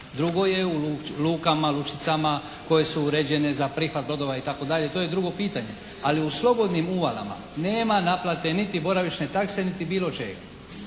Drugo je u lukama, lučicama koje su uređene za prihvat brodova itd. To je drugo pitanje. Ali u slobodnim uvalama nema naplate niti boravišne takse niti bilo čega.